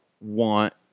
want